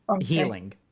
healing